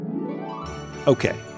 Okay